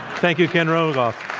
thank you, ken rogoff.